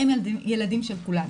הם הילדים של כולנו,